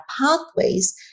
pathways